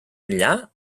enllà